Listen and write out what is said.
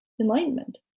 enlightenment